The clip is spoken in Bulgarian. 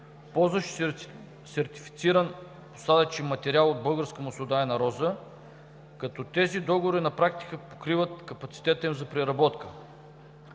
ползващи сертифициран посадъчен материал от българска маслодайна роза, като тези договори на практика покриват капацитета им за преработка.